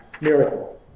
miracle